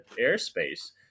airspace